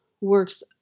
works